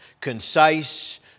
concise